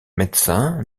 médecin